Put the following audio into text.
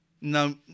No